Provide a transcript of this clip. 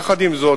יחד עם זאת,